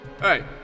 Hey